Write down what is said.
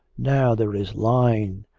now there is line,